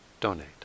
donate